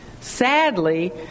Sadly